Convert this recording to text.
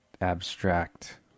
abstract